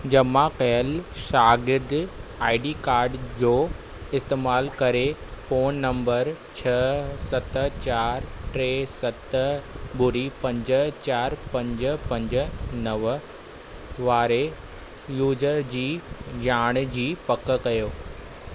जमा कयलु शागिर्दुं आई डी कार्ड जो इस्तेमाल करे फोन नंबरु छ्ह सत चारि टे सत ॿुड़ी पंज चार पंज पंज नव वारे यूज़र जी ॼाण जी पक कयो